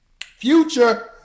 Future